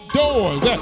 doors